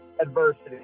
Adversity